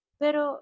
pero